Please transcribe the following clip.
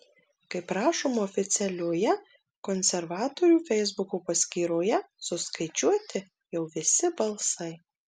kaip rašoma oficialioje konservatorių feisbuko paskyroje suskaičiuoti jau visi balsai